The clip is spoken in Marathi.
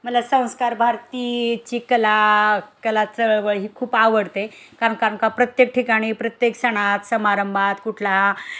मला संस्कार भारतीची कला कला चळवळ ही खूप आवडते कारण का का प्रत्येक ठिकाणी प्रत्येक सणात समारंभात कुठला